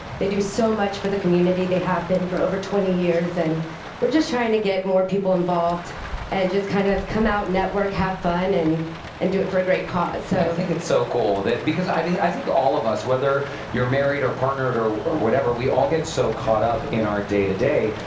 they do so much for the community. they have been for over twenty years and we're just trying to get more people involved and just kind of come out, network, have fun, and and do it for a great cause. i so think it's so cool. because i mean i think all of us, whether you're married or partnered or or whatever, we all get so caught up in our day-to-day.